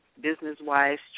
business-wise